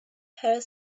terror